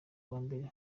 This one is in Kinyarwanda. wambere